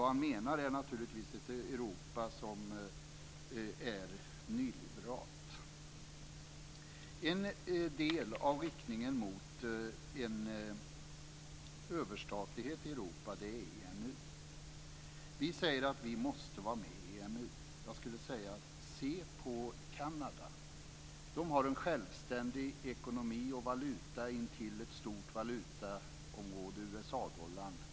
Vad han menar är naturligtvis ett Europa som är nyliberalt. En del av riktningen mot en överstatlighet i Europa är EMU. Vi säger att vi måste vara med i EMU. Jag skulle vilja säga: Se på Kanada. Kanada har en självständig ekonomi och valuta intill ett stort valutaområde USA-dollarn.